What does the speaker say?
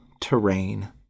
terrain